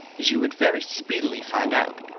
as you would very speedily find out.